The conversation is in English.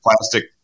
plastic